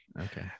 Okay